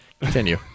Continue